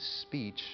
speech